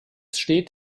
steht